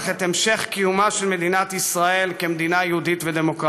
את המשך קיומה של מדינת ישראל כמדינה יהודית ודמוקרטית.